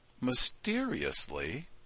mysteriously